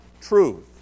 truth